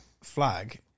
flag